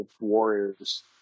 warriors